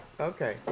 Okay